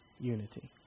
unity